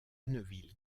neuville